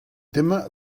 tema